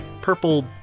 purple